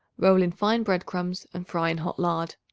roll in fine bread-crumbs and fry in hot lard.